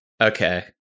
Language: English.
Okay